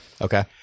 Okay